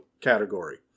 category